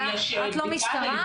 את לא המשטרה?